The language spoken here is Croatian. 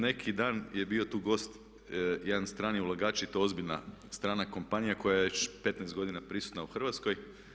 Neki dan je bio tu gost jedan strani ulagač i to ozbiljna strana kompanija koja je već 15 godina prisutna u Hrvatskoj.